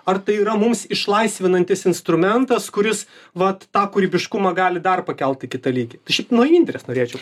ar tai yra mums išlaisvinantis instrumentas kuris vat tą kūrybiškumą gali dar pakelt į kitą lygį tai šiaip nuo indrės norėčiau